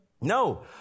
No